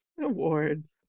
Awards